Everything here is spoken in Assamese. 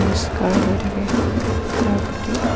পৰিষ্কাৰ হৈ থাকে তাৰ প্ৰতি